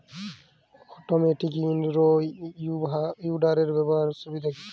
Automatic in row উইডারের ব্যবহারের সুবিধা কি?